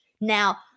now